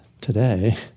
today